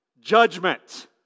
judgment